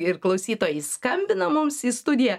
ir klausytojai skambina mums į studiją